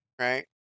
Right